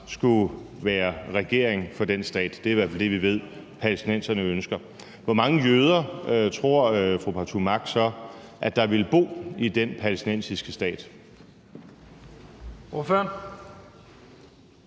skulle være regering for den stat – det er i hvert fald det, vi ved at palæstinenserne ønsker – hvor mange jøder tror fru Trine Pertou Mach så der ville bo i den palæstinensiske stat?